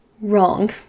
wrong